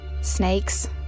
Snakes